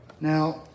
Now